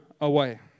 away